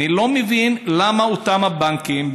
אני לא מבין למה אותם הבנקים,